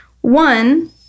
One